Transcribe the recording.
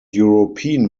european